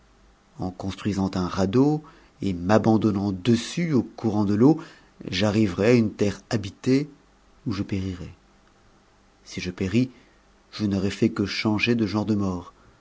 en construisant un radeau et m'abandonnant dessus au courant de t e n j'arriverai à une terre habitée ou je périrai si je péris je n'aurai t changer de genre de mort